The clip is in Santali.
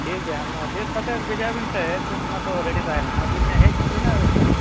ᱴᱷᱤᱠᱜᱮᱭᱟ ᱦᱮᱸᱢᱟ ᱞᱤᱥᱴ ᱠᱟᱛᱮ ᱵᱷᱮᱡᱟᱭ ᱵᱮᱱ ᱥᱮ ᱮᱠᱫᱚᱢ ᱚᱱᱟ ᱠᱚ ᱨᱮᱰᱤ ᱛᱟᱦᱮᱱᱟ ᱟᱹᱵᱤᱱ ᱦᱮᱡ ᱟᱹᱵᱤᱱᱟ